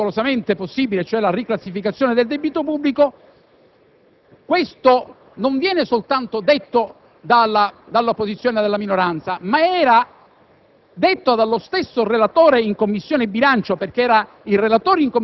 articolo 11 della legge di contabilità, l'altro, pericolosamente possibile, è la riclassificazione del debito pubblico: questo non è detto soltanto dall'opposizione e dalla minoranza, ma dallo